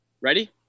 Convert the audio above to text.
Ready